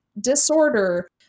disorder